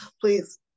please